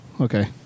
Okay